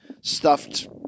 stuffed